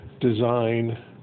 design